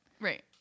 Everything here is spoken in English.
Right